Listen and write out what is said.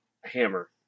hammer